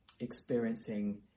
experiencing